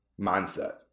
mindset